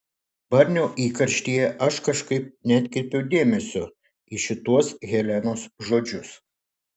barnio įkarštyje aš kažkaip neatkreipiau dėmesio į šituos helenos žodžius